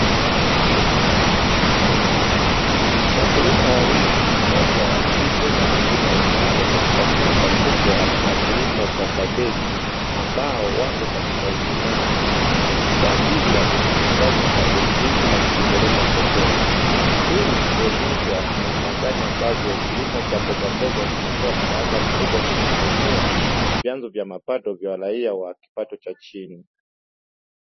Wakulima wawili, mmoja wa kike na mwingine wa kiume katika shamba kubwa la kilimo cha kabichi, ambao wako katika uvunaji kwa ajili ya kuzikusanya kabichi hizi na kuzipeleka sokoni. Hii huonyesha ni namna gani ambavyo kilimo cha mbogamboga, kimekuwa msaada mkubwa kwenye kuinua vyanzo vya mapato vya raia wa kipato cha chini.